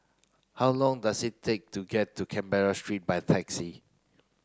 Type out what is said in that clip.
how long does it take to get to Canberra Street by taxi